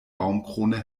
baumkrone